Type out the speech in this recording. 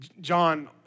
John